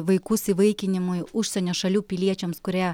vaikus įvaikinimui užsienio šalių piliečiams kurie